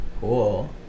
Cool